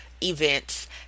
Events